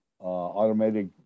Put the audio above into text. automatic